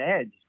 edge